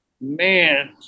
man